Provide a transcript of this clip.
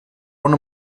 una